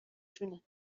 جون